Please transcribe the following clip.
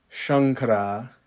Shankara